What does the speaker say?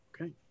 Okay